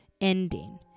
ending